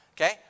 Okay